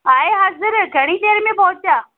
आहे हाज़िरु घणी देरि में पहुचा